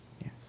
Yes